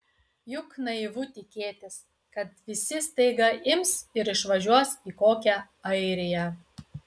juk naivu tikėtis kad visi staiga ims ir išvažiuos į kokią airiją